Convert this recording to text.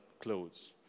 clothes